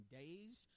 days